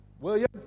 William